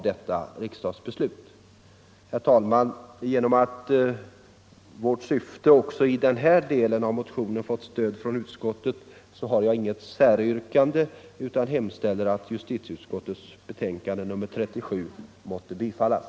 På grund av att vårt syfte med motionen även i den här delen fått stöd av utskottet har jag inget annat yrkande än att justitieutskottets hemställan i dess betänkande nr 37 måtte bifallas.